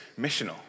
missional